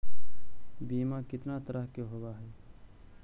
बीमा कितना तरह के होव हइ?